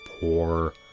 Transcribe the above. poor